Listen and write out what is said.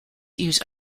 use